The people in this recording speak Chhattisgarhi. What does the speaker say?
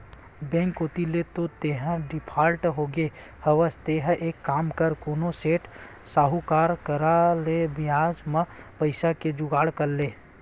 बेंक कोती ले तो तेंहा डिफाल्टर होगे हवस तेंहा एक काम कर कोनो सेठ, साहुकार करा ले बियाज म पइसा के जुगाड़ कर